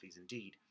indeed